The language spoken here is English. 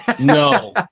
No